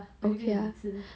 okay ah